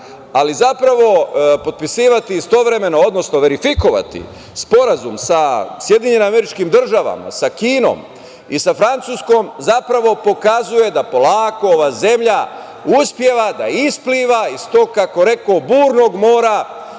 Ali, zapravo potpisivati istovremeno, odnosno verifikovati sporazum sa SAD, sa Kinom i sa Francuskom zapravo pokazuje da polako ova zemlja uspeva da ispliva iz tog, kako rekoh, burnog mora